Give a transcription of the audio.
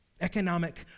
economic